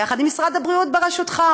יחד עם משרד הבריאות בראשותך,